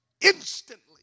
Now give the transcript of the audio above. instantly